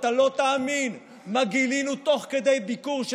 אתה לא תאמין מה גילינו תוך כדי ביקור של